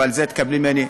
אבל תקבלי ממני,